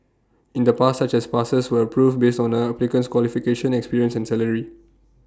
in the past such passes were approved based on A applicant's qualifications experience and salary